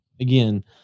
again